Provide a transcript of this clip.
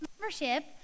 membership